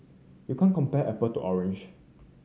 you can't compare apple to orange